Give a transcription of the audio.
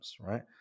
right